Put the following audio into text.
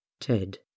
Ted